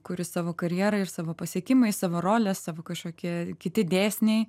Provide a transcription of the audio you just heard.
kuri savo karjerą ir savo pasiekimais savo rolę savo kažkokie kiti dėsniai